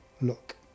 look